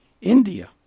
India